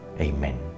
Amen